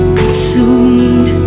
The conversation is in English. consumed